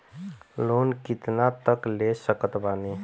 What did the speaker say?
Loan कितना तक ले सकत बानी?